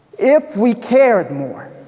if we cared more,